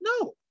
No